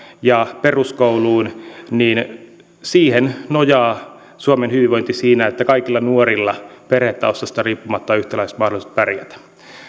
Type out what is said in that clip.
ja peruskouluun nojaa suomen hyvinvointi siinä että kaikilla nuorilla perhetaustasta riippumatta on yhtäläiset mahdollisuudet pärjätä